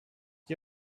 die